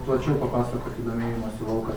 plačiau papasakoti domėjimosi lauką